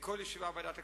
בכל ישיבה בוועדת הכספים.